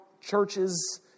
churches